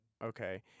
okay